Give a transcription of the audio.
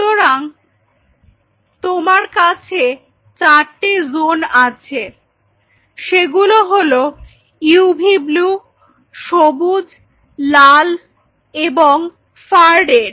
সুতরাং তোমার কাছে চারটে জোন আছে সেগুলো হল ইউভি ব্লু সবুজ লাল এবং ফার রেড